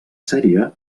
sèrie